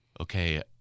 okay –